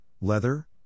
leather